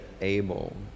able